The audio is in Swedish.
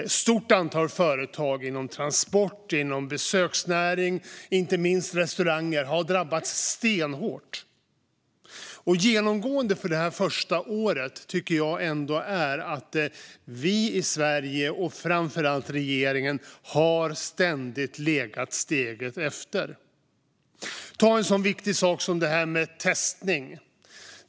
Ett stort antal företag inom transportbranschen, besöksnäringen och inte minst restaurangbranschen har drabbats stenhårt. Något som varit genomgående under detta första år tycker jag är att vi i Sverige, och framför allt regeringen, ständigt har legat steget efter. Ta en sådan viktig sak som testning!